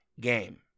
game